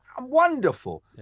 wonderful